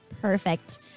Perfect